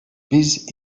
biz